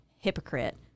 hypocrite